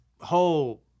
whole